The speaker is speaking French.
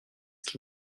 qui